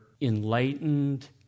enlightened